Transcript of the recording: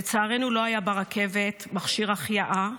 לצערנו, לא היה ברכבת מכשיר החייאה,